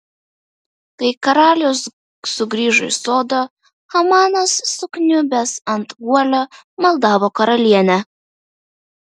kai karalius sugrįžo iš sodo hamanas sukniubęs ant guolio maldavo karalienę